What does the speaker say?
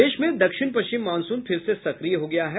प्रदेश में दक्षिण पश्चिम मॉनसून फिर से सक्रिय हो गया है